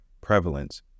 prevalence